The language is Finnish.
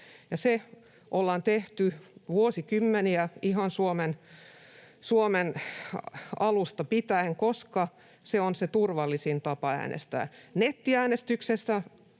ollaan tehty vuosikymmeniä Suomessa, ihan alusta pitäen, koska se on se turvallisin tapa äänestää. Nettiäänestyksestä